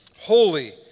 holy